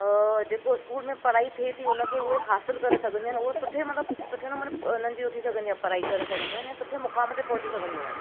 जेको स्कूल में पढ़ाई थिए थी उन खे उहे हासिलु करे सघंदियूं आहिनि उहे सुठे मतिलबु सुठे नमूने हुननि जी उहो थी सघंदी आहे पढ़ाई करे सघंदियूं आहिनि ऐं सुठे मूक़ाम ते पहुची सघंदियूं आहिनि